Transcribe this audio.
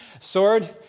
Sword